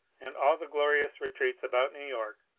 and all the glorious retreats about new york,